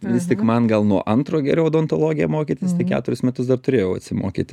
vis tik man gal nuo antro geriau odontologiją mokytis tai keturis metus dar turėjau atsimokyti